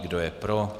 Kdo je pro?